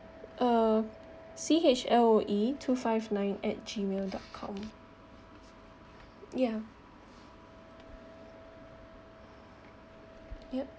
uh C H L O E two five nine at Gmail dot com ya yup